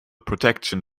protection